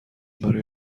برای